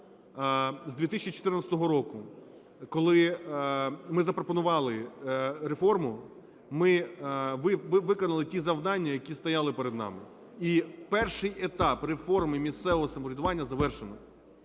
з 2014 року, коли ми запропонували реформу, ми виконали ті завдання, які стояли перед нами. І перший етап реформи місцевого самоврядування завершено.